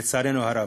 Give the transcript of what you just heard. לצערנו הרב.